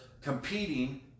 competing